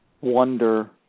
wonder